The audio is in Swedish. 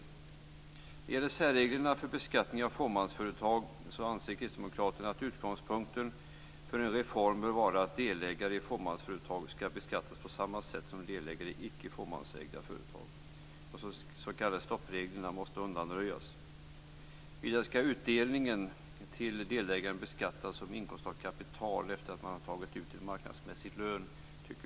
Kristdemokraterna anser att enligt särreglerna för beskattning av fåmansföretag utgångspunkten för en reform bör vara att delägare i fåmansföretag skall beskattas på samma sätt som delägare i icke fåmansägda företag. De s.k. stoppreglerna måste undanröjas. Vidare tycker vi att det är rimligt att utdelningen till delägaren beskattas som inkomst av kapital, efter det att man har tagit ut en marknadsmässig lön.